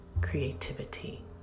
creativity